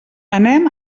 anem